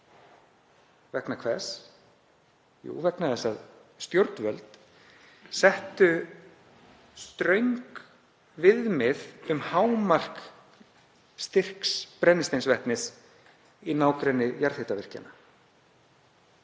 Vegna hvers? Vegna þess að stjórnvöld settu ströng viðmið um hámark styrks brennisteinsvetnis í nágrenni jarðhitavirkjana,